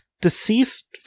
deceased